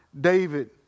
David